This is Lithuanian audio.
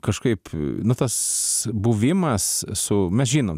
kažkaip nu tas buvimas su mes žinom